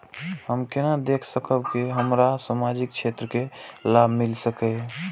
हम केना देख सकब के हमरा सामाजिक क्षेत्र के लाभ मिल सकैये?